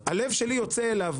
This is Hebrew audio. הלב שלי יוצא אליו.